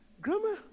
Grandma